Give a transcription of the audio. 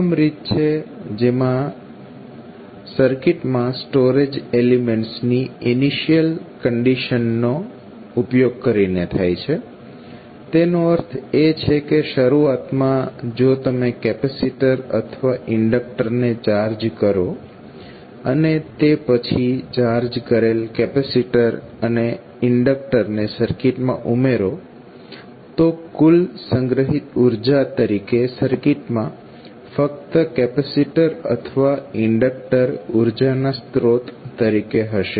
પ્રથમ રીત છે જેમા સર્કિટમાં સ્ટોરેજ એલીમેન્ટ્સ ની ઇનિશિયલ કંડિશન નો ઉપયોગ કરીને થાય છે તેનો અર્થ એ છે કે શરૂઆતમાં જો તમે કેપેસીટર અથવા ઇન્ડક્ટરને ચાર્જ કરો અને તે પછી ચાર્જ કરેલ કેપેસીટર અને ઇન્ડક્ટરને સર્કિટમાં ઉમેરો તો કુલ સંગ્રહિત ઉર્જા તરીકે સર્કિટમાં ફક્ત કેપેસીટર અથવા ઇન્ડક્ટર ઉર્જાના સ્ત્રોત તરીકે હશે